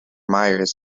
myers